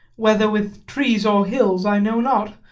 whether with trees or hills i know not,